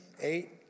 eight